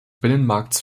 binnenmarkts